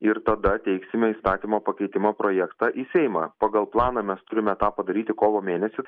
ir tada teiksime įstatymo pakeitimo projektą į seimą pagal planą mes turime tą padaryti kovo mėnesį